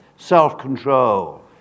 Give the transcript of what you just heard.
Self-control